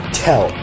tell